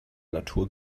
natur